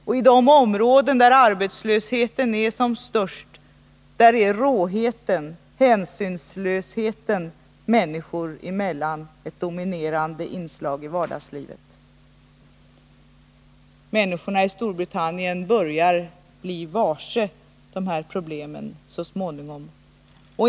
Och i de områden där arbetslösheten är som störst är råheten och hänsynslösheten människor emellan ett dominerande inslag i vardagslivet. Människorna i Storbritannien börjar nu så småningom bli varse de här problemen.